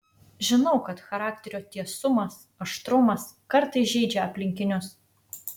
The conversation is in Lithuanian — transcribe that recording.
žinau kad charakterio tiesumas aštrumas kartais žeidžia aplinkinius